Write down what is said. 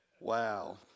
Wow